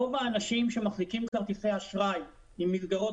רוב האנשים שמחזיקים כרטיסי אשראי עם מסגרות